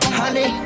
honey